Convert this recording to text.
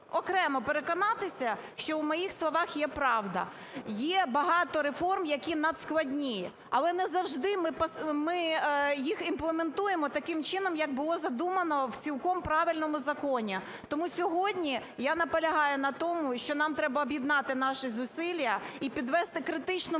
окремо переконатися, що у моїх словах є правда. Є багато реформ, які надскладні, але не завжди ми їх імплементуємо таким чином, як було задумано в цілком правильному законі. Тому сьогодні я наполягаю на тому, що нам треба об'єднати наші зусилля і підвести критичному